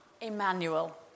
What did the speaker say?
Emmanuel